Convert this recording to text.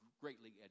greatly